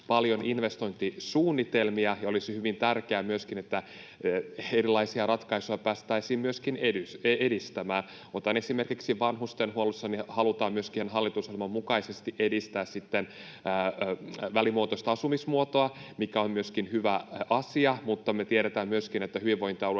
paljon investointisuunnitelmia, ja olisi hyvin tärkeää myöskin, että erilaisia ratkaisuja päästäisiin edistämään. Otan esimerkiksi vanhustenhuollon: halutaan hallitusohjelman mukaisesti edistää myöskin välimuotoista asumismuotoa, mikä on hyvä asia, mutta me tiedetään myöskin, että hyvinvointialueilla